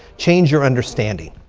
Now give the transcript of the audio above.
change your understanding.